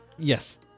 Yes